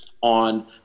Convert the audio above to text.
on